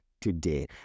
today